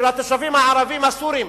של התושבים הערבים הסורים.